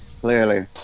clearly